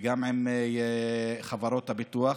וגם עם חברות הביטוח.